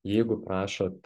jeigu prašot